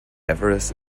everest